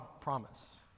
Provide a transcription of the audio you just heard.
promise